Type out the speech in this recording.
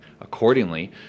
accordingly